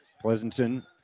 Pleasanton